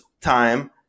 time